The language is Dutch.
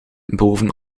boven